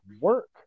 work